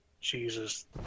Jesus